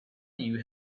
you